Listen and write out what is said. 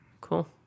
Cool